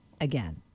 again